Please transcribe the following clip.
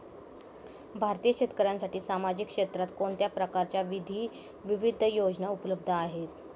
भारतीय शेतकऱ्यांसाठी सामाजिक क्षेत्रात कोणत्या प्रकारच्या विविध योजना उपलब्ध आहेत?